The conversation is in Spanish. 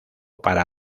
para